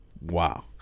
wow